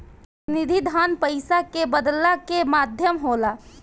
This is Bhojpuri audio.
प्रतिनिधि धन पईसा के बदलला के माध्यम होला